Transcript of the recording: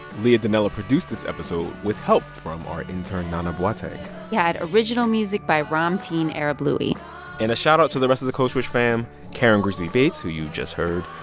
leah donnella produced this episode with help from our intern nana boateng we yeah had original music by ramtin arablouei and a shoutout to the rest of the code switch fam karen grigsby bates, who you just heard,